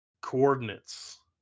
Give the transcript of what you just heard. coordinates